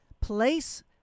place